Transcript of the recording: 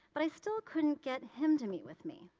but i still couldn't get him to meet with me.